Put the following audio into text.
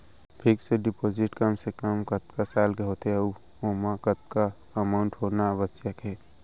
Fix deposit कम से कम कतका साल के होथे ऊ ओमा कतका अमाउंट होना आवश्यक हे?